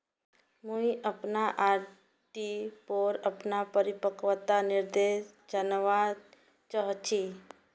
मुई अपना आर.डी पोर अपना परिपक्वता निर्देश जानवा चहची